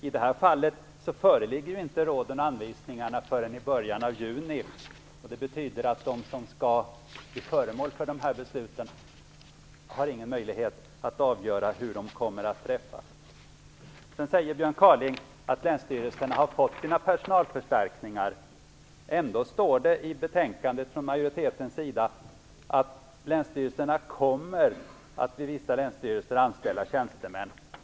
I det här fallet föreligger inte råden och anvisningarna förrän i början av juni, och det betyder att de som skall bli föremål för besluten inte har någon möjlighet att avgöra hur de kommer att träffas. Björn Kaaling säger att länsstyrelserna har fått sina personalförstärkningar. Ändå säger man från majoritetens sida i betänkandet att vissa länsstyrelser kommer att anställa tjänstemän.